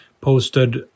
posted